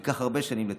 ייקח הרבה שנים לתקן.